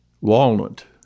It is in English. walnut